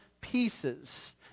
pieces